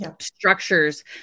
structures